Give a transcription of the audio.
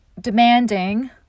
demanding